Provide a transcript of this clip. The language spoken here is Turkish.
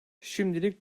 şimdilik